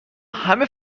همه